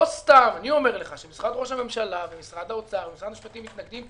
לא סתם משרד ראש הממשלה ומשרד האוצר ומשרד המשפטים מתנגדים,